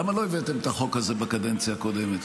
למה לא הבאתם את החוק הזה בקדנציה הקודמת?